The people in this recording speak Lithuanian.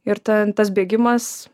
ir ten tas bėgimas